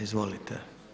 Izvolite.